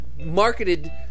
marketed